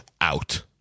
out